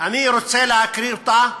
אני רוצה להקריא אותה,